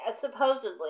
supposedly